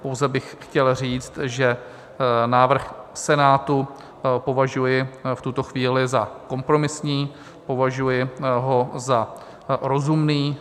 Pouze bych chtěl říct, že návrh Senátu považuji v tuto chvíli za kompromisní, považuji ho za rozumný.